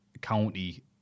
county